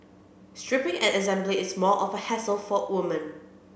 stripping and assembly is more of a hassle for women